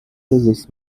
this